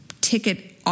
ticket